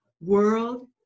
World